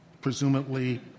presumably